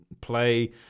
play